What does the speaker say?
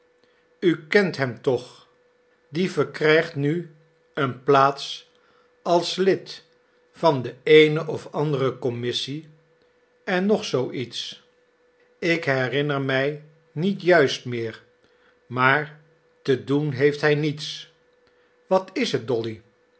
u kent hem toch die verkrijgt nu een plaats als lid van de eene of andere commissie en nog zoo iets ik herinner mij niet juist meer maar te doen heeft hij niets wat is het dolly